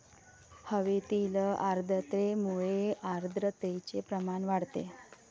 हवेतील आर्द्रतेमुळे आर्द्रतेचे प्रमाण वाढते